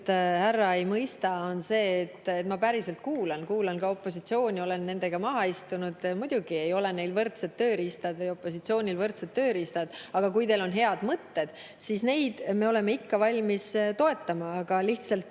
härra ei mõista, on see, et ma päriselt kuulan, kuulan ka opositsiooni, olen nendega maha istunud. Muidugi ei ole neil võrdsed tööriistad või opositsioonil võrdsed tööriistad. Aga kui teil on head mõtted, siis neid me oleme ikka valmis toetama. Aga lihtsalt,